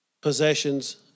possessions